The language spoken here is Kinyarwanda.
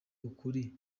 ukuri